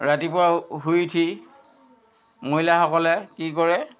ৰাতিপুৱা শুই উঠি মহিলাসকলে কি কৰে